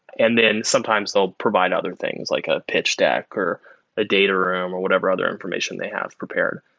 and then sometimes they'll provide other things, like a pitch deck or a data room or whatever other information they have prepared.